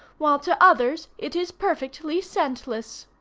while to others it is perfectly scentless.